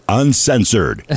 uncensored